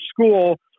school